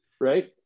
Right